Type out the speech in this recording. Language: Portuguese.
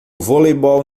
voleibol